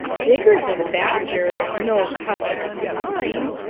digger the badger is no cousin of mine!